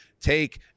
take –